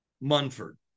Munford